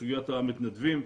סוגיית המתנדבים.